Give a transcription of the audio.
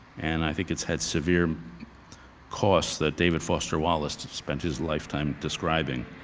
and i think it's had severe costs that david foster wallace spent his lifetime describing.